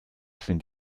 sind